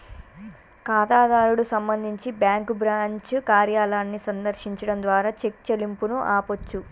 ఖాతాదారుడు సంబంధించి bank branch కార్యాలయాన్ని సందర్శించడం ద్వారా చెక్ చెల్లింపును ఆపొచ్చు